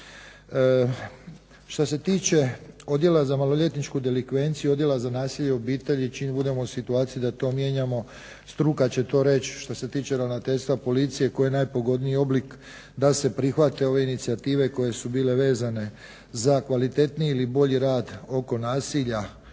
Šta se tiče Odjela za maloljetničku delikvenciju i Odjela za nasilje u obitelji čim budemo u situaciji da to mijenjamo struka će to reći što se tiče Ravnateljstva policije koji je najpogodniji oblik da se prihvate ove inicijative koje su bile vezane za kvalitetniji ili bolji rad oko nasilja